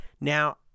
Now